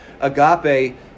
agape